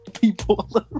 people